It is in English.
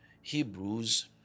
Hebrews